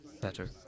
better